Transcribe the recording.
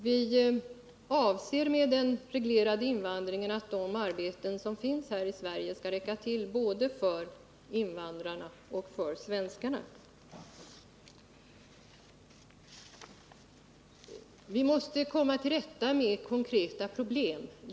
Vi avser med den reglerade invandringen att de arbeten som finns här i Sverige skall räcka till både för invandrarna och för svenskarna. Vi måste komma till rätta med de konkreta problemen, säger Ulla Tillander.